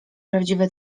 prawdziwe